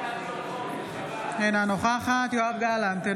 אינה נוכחת יואב גלנט,